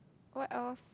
what else